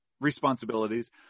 responsibilities